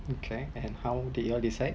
okay and how did y'all decide